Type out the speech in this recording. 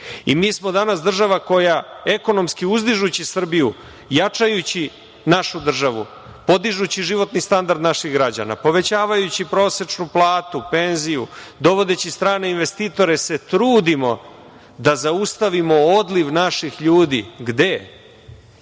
Mi smo danas država koja ekonomski uzdižući Srbiju, jačajući našu državu, podižući životni standard naših građana, povećavajući prosečnu platu, penziju, dovodeći strane investitore se trudimo da zaustavimo odliv naših ljudi, gde,